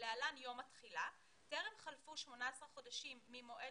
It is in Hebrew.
(להלן יום התחילה) טרם חלפו 18 חודשים ממועד